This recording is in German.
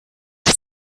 zum